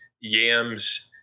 yams